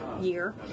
year